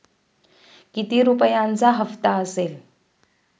किती रुपयांचा हप्ता असेल?